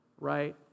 right